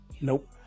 Nope